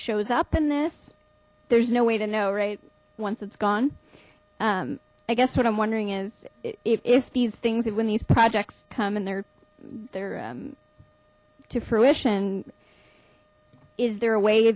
shows up in this there's no way to know right once it's gone i guess what i'm wondering is if these things when these projects come and they're there to fruition is there a way